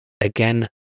Again